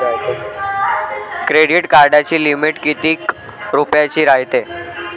Credit कार्डाची limit कितीक रुपयाची रायते?